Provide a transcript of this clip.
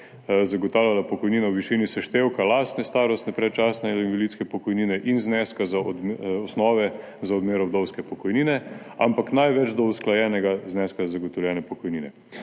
zagotavljala pokojnina v višini seštevka lastne starostne, predčasne ali invalidske pokojnine in zneska osnove za odmero vdovske pokojnine, ampak največ do usklajenega zneska zagotovljene pokojnine.